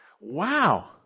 Wow